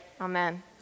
amen